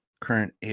current